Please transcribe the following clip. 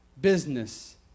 business